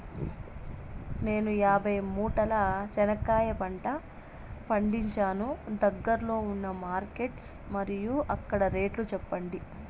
నేను యాభై మూటల చెనక్కాయ పంట పండించాను దగ్గర్లో ఉన్న మార్కెట్స్ మరియు అక్కడ రేట్లు చెప్పండి?